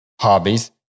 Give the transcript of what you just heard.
hobbies